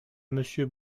monsieur